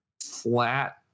flat